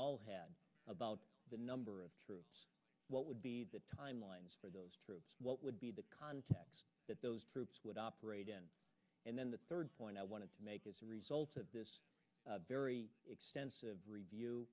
all had about the number of troops what would be the timelines for those troops what would be the context that those proops would operate in and then the third point i wanted to make is results of this very extensive review